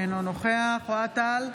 אינו נוכח אוהד טל,